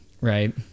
Right